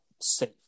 safe